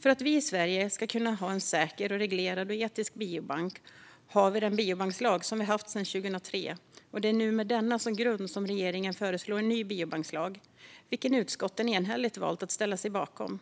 För att vi i Sverige ska kunna ha en säker, reglerad och etisk biobank har vi en biobankslag sedan 2003. Det är med denna som grund som regeringen nu föreslår en ny biobankslag, vilket utskottet enhälligt har valt att ställa sig bakom,